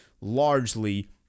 largely